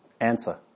Answer